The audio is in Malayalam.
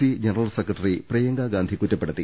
C general secretary Priyanka Gandhi കുറ്റപ്പെടു ത്തി